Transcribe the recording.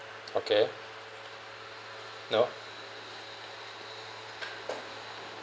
okay no